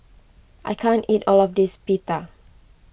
I can't eat all of this Pita